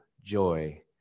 joy